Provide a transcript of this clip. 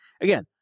Again